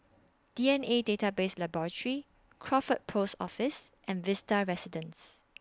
D N A Database Laboratory Crawford Post Office and Vista Residences